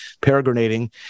peregrinating